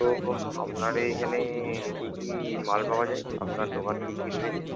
তো আপনার এইখানে কী কী মাল পাওয়া যায় আপনার দোকানে কী কী রয়েছে